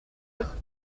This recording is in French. être